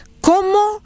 cómo